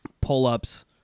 pull-ups